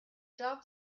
job